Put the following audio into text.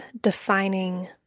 defining